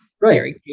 Right